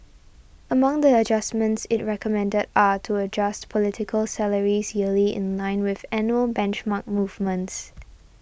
among the adjustments it recommended are to adjust political salaries yearly in line with annual benchmark movements